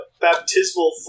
baptismal